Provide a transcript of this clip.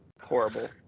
horrible